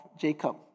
Jacob